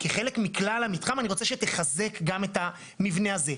כחלק מכלל המתחם אני רוצה שתחזק גם את המבנה הזה.